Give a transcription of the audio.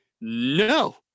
No